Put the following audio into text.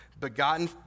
begotten